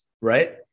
Right